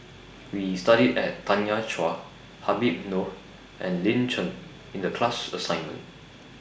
We studied about Tanya Chua Habib Noh and Lin Chen in The class assignment